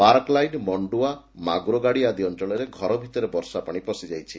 park line Mandua Magurgadia ଆଦି ଅଞ୍ଞଳରେ ଘର ଭିତରେ ବର୍ଷାପାଣି ପଶିଯାଇଛି